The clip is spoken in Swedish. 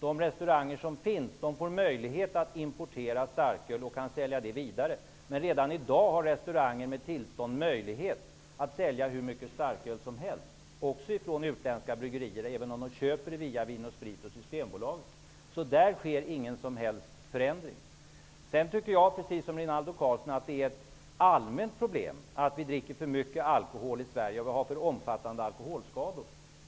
De restauranger som finns får möjlighet att importera starköl och kan sälja det vidare, men redan i dag har restauranger med tillstånd möjlighet att sälja hur mycket starköl som helst, också från utländska bryggerier, även om de köper det via Vin & Sprit och Systembolaget. Där sker alltså ingen som helst förändring. Precis som Rinaldo Karlsson tycker jag -- och det är ett allmänt problem -- att vi dricker för mycket alkohol i Sverige och att vi har för omfattande alkoholskador.